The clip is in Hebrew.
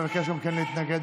שמבקש גם הוא להתנגד.